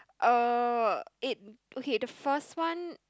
uh it okay the first one